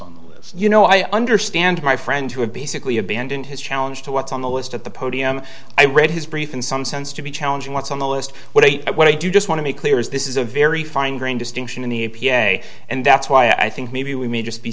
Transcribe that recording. on this you know i understand my friend who had basically abandoned his challenge to what's on the list at the podium i read his brief in some sense to be challenging what's on the list what i what i do just want to make clear is this is a very fine grained distinction in the e p a and that's why i think maybe we may just be